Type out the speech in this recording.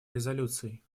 резолюций